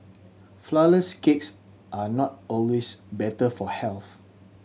flourless cakes are not always better for health